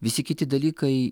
visi kiti dalykai